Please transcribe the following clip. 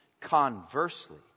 Conversely